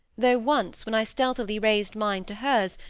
though once, when i stealthily raised mine to hers,